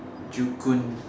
joo-koon